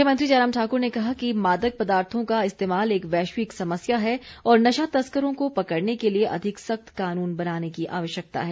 मुख्यमंत्री जयराम ठाकुर ने कहा कि मादक पदार्थों का इस्तेमाल एक वैश्विक समस्या है और नशा तस्करों को पकड़ने के लिए अधिक सख्त कानून बनाने की आवश्यकता है